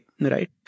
right